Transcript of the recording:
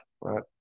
right